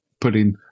putting